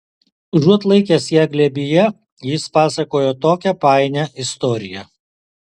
užuot laikęs ją glėbyje jis pasakojo tokią painią istoriją